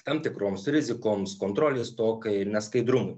tam tikroms rizikoms kontrolės stokai neskaidrumui